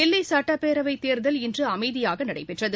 தில்லி சட்டப்பேரவைத் தேர்தல் இன்று அமைதியாக நடைபெற்றது